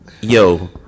yo